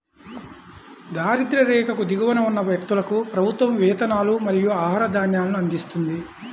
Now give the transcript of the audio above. దారిద్య్ర రేఖకు దిగువన ఉన్న వ్యక్తులకు ప్రభుత్వం వేతనాలు మరియు ఆహార ధాన్యాలను అందిస్తుంది